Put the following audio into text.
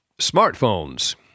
smartphones